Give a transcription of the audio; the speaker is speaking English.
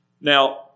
Now